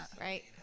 right